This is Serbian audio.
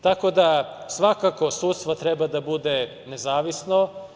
Tako da, svakako, sudstvo treba da bude nezavisno.